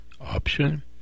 option